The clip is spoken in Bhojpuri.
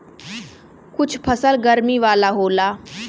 कुछ फसल गरमी वाला होला